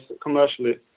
commercially